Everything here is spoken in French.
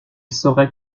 saurait